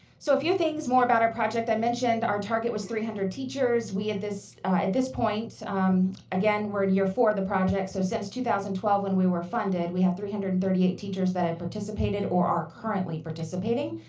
so a few things more about our project. i mentioned our target was three hundred teachers. we at this this point again, we're in year four of the project, so since two thousand and twelve when we were funded, we had three hundred and thirty eight teachers that and participated or are currently participating.